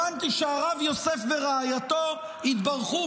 הבנתי שהרב יוסף ורעייתו התברכו,